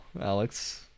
Alex